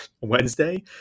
Wednesday